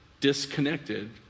disconnected